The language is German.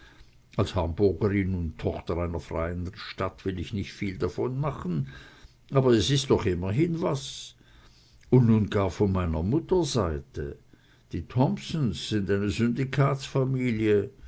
als hamburgerin und tochter einer freien stadt will ich nicht viel davon machen aber es ist doch immerhin was und nun gar von meiner mutter seite die thompsons sind eine